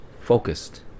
focused